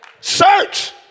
search